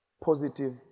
positive